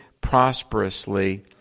prosperously